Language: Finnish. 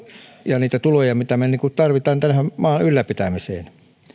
ja niitä tuloja mitä me tarvitsemme tämän maan ylläpitämiseen